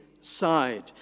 side